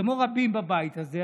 כמו רבים בבית הזה,